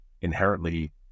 inherently